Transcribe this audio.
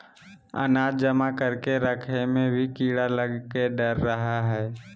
अनाज जमा करके रखय मे भी कीड़ा लगय के डर रहय हय